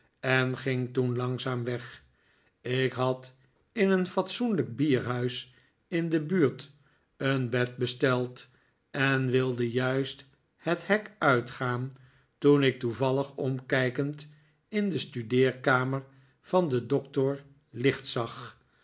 en ging toen langzaam weg ik had in een fatsoenlijk bierhuis in de buurt een bed besteld en wilde juist het hek uitgaan toen ik toevallig omkijkend in de studeerkamer van den doctor licht zag